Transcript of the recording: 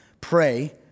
Pray